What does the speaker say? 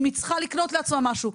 אם היא צריכה לקנות לעצמה משהו,